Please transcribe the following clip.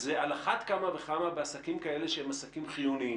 על אחת כמה וכמה בעסקים כאלה שהם חיוניים.